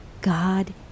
God